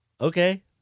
okay